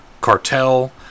cartel